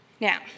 Now